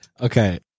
Okay